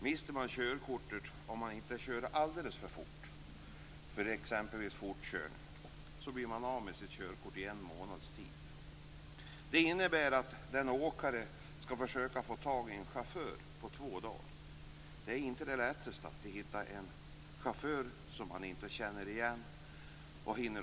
Mister han körkortet för exempelvis fortkörning blir han av med sitt körkort i en månads tid, om han inte kör alldeles för fort. Det innebär att han skall försöka få tag i en chaufför och ta reda på vilka kunskaper den personen har på två dagar. Det är inte det lättaste.